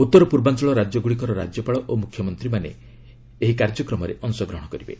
ଉତ୍ତରପୂର୍ବାଞ୍ଚଳ ରାଜ୍ୟଗୁଡ଼ିକର ରାଜ୍ୟପାଳ ଓ ମୁଖ୍ୟମନ୍ତ୍ରୀମାନେ ମଧ୍ୟ କାର୍ଯ୍ୟକ୍ରମରେ ଅଂଶଗ୍ରହଣ କରିବେ